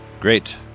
Great